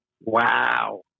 Wow